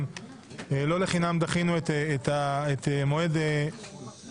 אנחנו לא לחינם דחינו את מועד הישיבה.